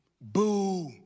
Boo